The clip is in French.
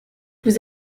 vous